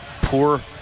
poor